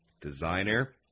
designer